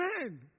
Amen